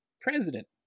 President